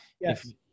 Yes